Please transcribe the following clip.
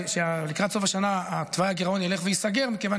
לקראת סוף השנה תוואי הגירעון ילך וייסגר מכיוון